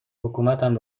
حکومتم